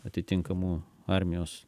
atitinkamų armijos